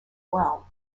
well